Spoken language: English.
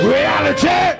Reality